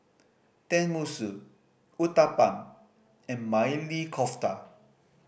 Tenmusu Uthapam and Maili Kofta